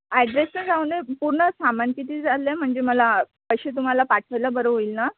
ॲड्रेसचं जाऊन दे पूर्ण सामान किती झालं आहे म्हणजे मला पैसे तुम्हाला पाठवायला बरं होईल ना